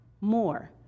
more